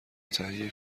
تهیه